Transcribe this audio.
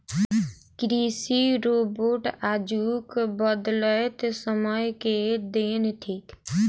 कृषि रोबोट आजुक बदलैत समय के देन थीक